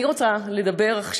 אני רוצה לדבר עכשיו,